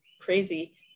crazy